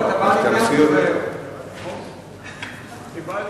אנחנו נעבור עכשיו להצעות דחופות לסדר-היום מס' 1918,